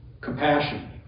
compassion